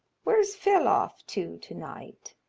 where's phil off to tonight?